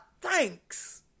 thanks